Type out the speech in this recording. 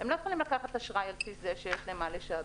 הם לא יכולים לקחת אשראי על פי זה שיש להם מה לשעבד,